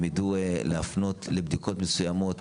אם יידעו להפנות לבדיקות מסוימות